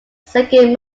second